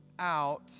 Out